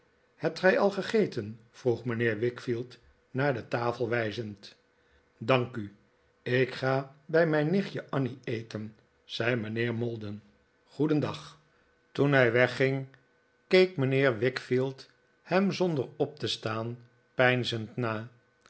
hebt gij al gegeten vroeg mijnheer wickfield naar de tafel wijzend dank u ik ga bij mijn nichtje annie eten zei mijnheer maldon goedendag toen hij wegging keek mijnheer wickfield hem zonder op te staan peinzend na